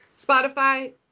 Spotify